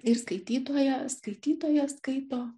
ir skaitytoją skaitytojas skaito